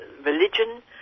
religion